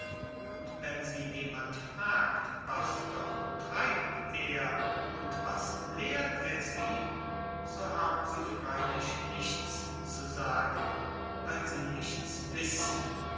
und wenn sie jemand fragt was doch treibt er und was lehrt er sie so haben sie freilich nichts zu sagen weil sie nichts wissen